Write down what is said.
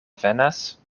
venas